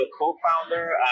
co-founder